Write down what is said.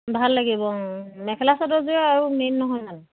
ভাল লাগিব অঁ মেখেলা চাদৰযোৰ আৰু মেইন নহয় জানো